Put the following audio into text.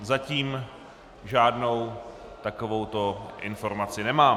Zatím žádnou takovouto informaci nemám.